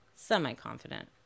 Semi-confident